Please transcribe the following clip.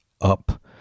up